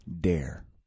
Dare